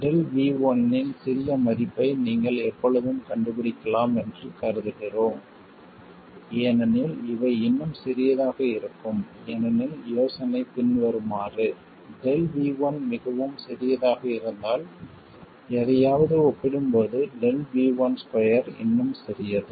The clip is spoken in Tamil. ΔV1 இன் சிறிய மதிப்பை நீங்கள் எப்பொழுதும் கண்டுபிடிக்கலாம் என்று கருதுகிறோம் ஏனெனில் இவை இன்னும் சிறியதாக இருக்கும் ஏனெனில் யோசனை பின்வருமாறு ΔV1 மிகவும் சிறியதாக இருந்தால் எதையாவது ஒப்பிடும்போது ΔV12 இன்னும் சிறியது